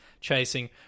chasing